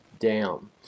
Down